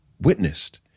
witnessed